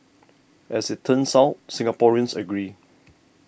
as it turns out Singaporeans agree